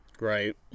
Right